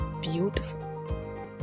beautiful